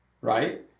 right